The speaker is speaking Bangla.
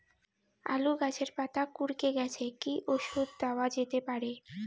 আলু গাছের পাতা কুকরে গেছে কি ঔষধ দেওয়া যেতে পারে?